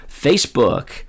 Facebook